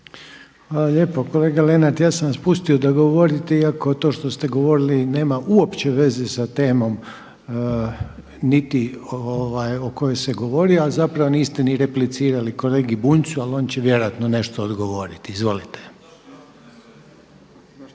Hvala lijepo kolega Lenart. Ja sam vas pustio da govorite iako to što ste govorili nema uopće veze sa temom niti o kojoj se govori, a zapravo niste ni replicirali kolegi Bunjcu. Ali on će vjerojatno nešto odgovoriti? Izvolite.